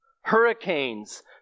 hurricanes